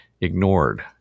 ignored